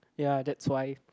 ya that's why